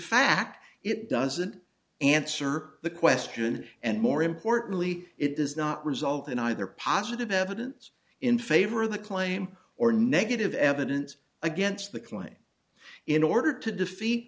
fact it doesn't answer the question and more importantly it does not result in either positive evidence in favor of the claim or negative evidence against the client in order to defeat